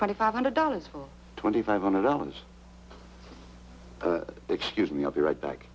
twenty five hundred dollars for twenty five hundred dollars excuse me i'll be right back